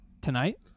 Tonight